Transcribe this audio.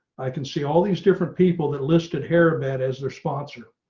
i can see all these different people that listed here about as their sponsor.